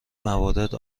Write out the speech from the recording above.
موارد